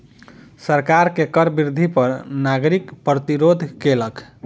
सरकार के कर वृद्धि पर नागरिक प्रतिरोध केलक